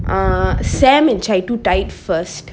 err sam and chitu two fight first